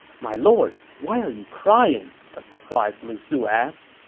my lord, why are you crying? a surprised lu su asked.